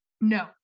No